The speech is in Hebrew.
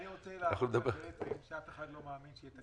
לומר שאף אחד לא מאמין שיהיה תקציב.